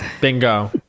bingo